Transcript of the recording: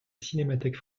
cinémathèque